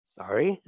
sorry